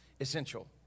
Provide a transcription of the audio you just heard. essential